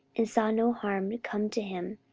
and saw no harm come to him,